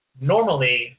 Normally